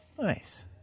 nice